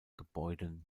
gebäuden